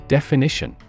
Definition